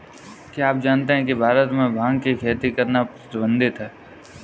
क्या आप जानते है भारत में भांग की खेती करना प्रतिबंधित है?